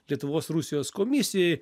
lietuvos rusijos komisijai